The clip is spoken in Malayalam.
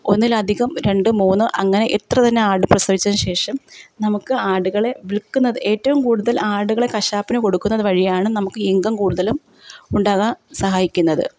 ഒന്നിലധികം രണ്ടു മൂന്ന് അങ്ങനെ എത്ര തന്നെ ആട് പ്രസവിച്ച ശേഷം നമുക്ക് ആടുകളെ വിൽക്കുന്നത് ഏറ്റവും കൂടുതൽ ആടുകളെ കശാപ്പിനു കൊടുക്കുന്നതു വഴിയാണ് നമുക്ക് ഇൻകം കൂടുതലും ഉണ്ടാകാൻ സഹായിക്കുന്നത്